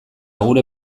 gure